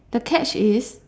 the catch is